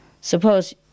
Suppose